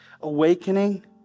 awakening